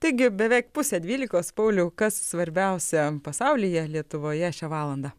taigi beveik pusė dvylikos pauliau kas svarbiausia pasaulyje lietuvoje šią valandą